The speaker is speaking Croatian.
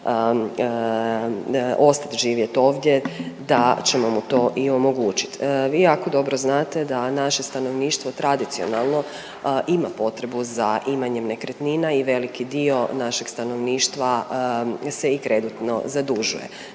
ostat živjet ovdje da ćemo mu to i omogućiti. Vi jako dobro znate da naše stanovništvo tradicionalno ima potrebu za imanjem nekretnina i veliki dio našeg stanovništva se i kreditno zadužuje